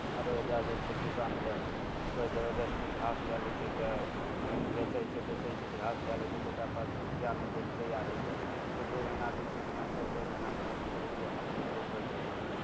आओर एहिजाँ जे छै किसानके कोइ जबरदस्ती घास लै लै छै तऽ किनि बेचै छै बेचै छै तऽ घास लै लै छै तऽ ओकरा पास रुपैआ नहि दै ले तैआर होइ छै दुइ दुइ महिना तीन तीन महिना चारि चारि महिना घासके रुपैआ खातिर झुलबैत रहै छै